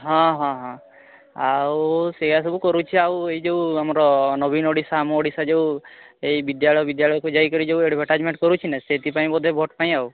ହଁ ହଁ ହଁ ଆଉ ସେଇୟା ସବୁ କରୁଛି ଆଉ ଏଯଉ ଆମର ନବୀନ ଓଡ଼ିଶା ଆମ ଓଡ଼ିଶା ଯେଉଁ ଏଇ ବିଦ୍ୟାଳୟ ବିଦ୍ୟାଳୟକୁ ଯାଇକରି ଯେଉଁ ଆଡ଼ଭର୍ଟାଇଜ କରୁଛିନା ସେଥିପାଇଁ ବୋଧେ ଭୋଟ ପାଇଁ ଆଉ